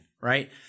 right